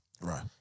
Right